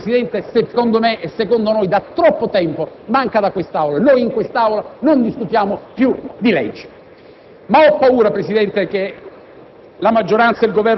sulle leggi che ormai, Presidente, secondo me e secondo noi da troppo tempo manca da quest'Aula. Noi in quest'Aula non discutiamo più di leggi. Ho paura, Presidente, che